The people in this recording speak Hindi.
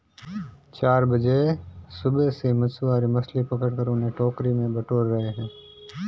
चार बजे सुबह से मछुआरे मछली पकड़कर उन्हें टोकरी में बटोर रहे हैं